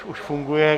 Už funguje.